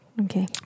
Okay